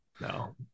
no